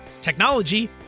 technology